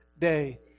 day